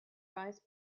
vice